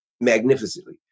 magnificently